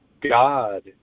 God